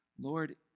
Lord